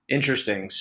Interesting